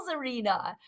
arena